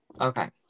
Okay